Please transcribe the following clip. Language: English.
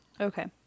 Okay